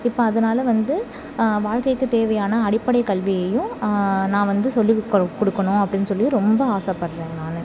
இப்போ அதனால வந்து வாழ்க்கைக்கு தேவையான அடிப்படை கல்வியையும் நான் வந்து சொல்லி கோ கொடுக்கணும் அப்படின்னு சொல்லி ரொம்ப ஆசைப்பட்றேன் நான்